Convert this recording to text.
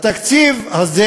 התקציב הזה